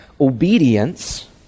Obedience